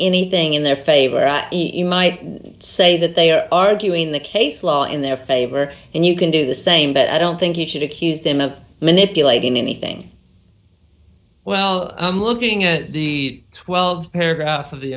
anything in their favor at might say that they are arguing the case law in their favor and you can do the same but i don't think you should accuse them of manipulating anything well i'm looking at the twelve paragraph of the